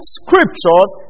scriptures